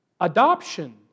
adoption